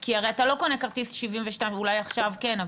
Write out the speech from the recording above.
כי אתה לא קונה 72 אולי עכשיו כן,